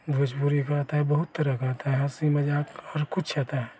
भोजपुरी का आता है बहुत तरह का आता है हँसी मजाक और कुछ आता है